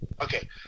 Okay